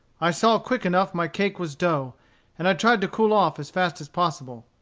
i saw quick enough my cake was dough and i tried to cool off as fast as possible.